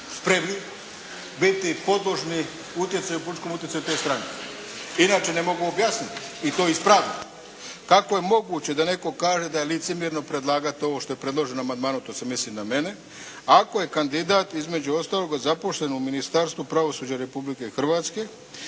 spremni biti podložni utjecaju, političkom utjecaju te stranke. Inače ne mogu objasniti i to iz pravilnika kako je moguće da neto kaže da je licemjerno predlagati ovo što je predloženo amandmanom, to se mislim na mene, ako je kandidat između ostaloga zaposlen u Ministarstvu pravosuđa Republike Hrvatske